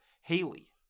Haley